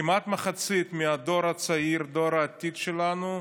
כמעט מחצית מהדור הצעיר, דור העתיד שלנו,